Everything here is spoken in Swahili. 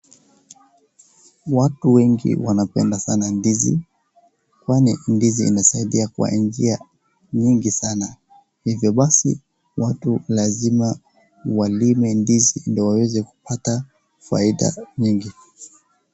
Watu wengi wanapenda sana ndizi, kwani ndizi inasaidia kwa njia nyingi sana, hivyo basi watu lazima walime ndizi ndio waweze kupata faida nyingi.